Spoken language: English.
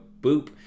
Boop